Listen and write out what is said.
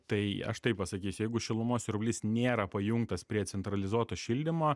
tai aš taip pasakysiu jeigu šilumos siurblys nėra pajungtas prie centralizuoto šildymo